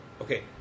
okay